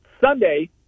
Sunday